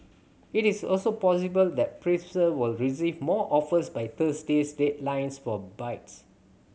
it is also possible that Pfizer will receive more offers by Thursday's deadlines for bids